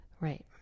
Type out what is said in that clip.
Right